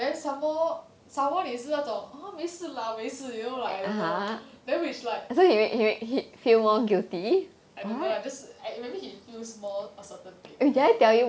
then some more some more 你是那种没事没事啦 you know then which like I don't know lah maybe he feels more a certain thing